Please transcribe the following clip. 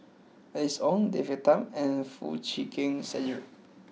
Alice Ong David Tham and Foo Chee Keng Cedric